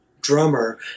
drummer